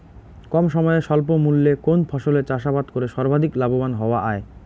কম সময়ে স্বল্প মূল্যে কোন ফসলের চাষাবাদ করে সর্বাধিক লাভবান হওয়া য়ায়?